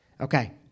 Okay